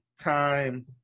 time